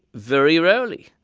very rarely.